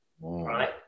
right